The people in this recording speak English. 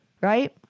right